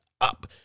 up